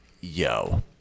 yo